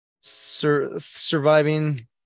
surviving